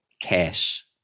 cash